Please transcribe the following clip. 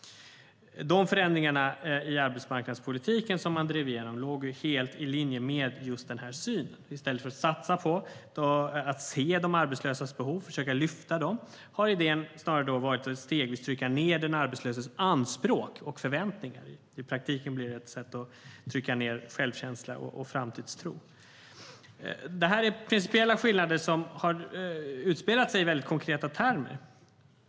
De förändringar i arbetsmarknadspolitiken som drevs igenom låg helt i linje med den synen. I stället för att satsa på att se de arbetslösas behov och försöka lyfta dem har idén snarare varit att stegvis trycka ned de arbetslösas anspråk och förväntningar. I praktiken blir det ett sätt att trycka ned självkänsla och framtidstro. Det här är principiella skillnader som har utspelat sig i väldigt konkreta termer.